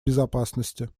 безопасности